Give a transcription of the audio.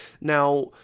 Now